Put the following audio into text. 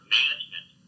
management